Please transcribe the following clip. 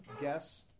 guess